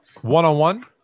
One-on-one